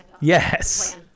Yes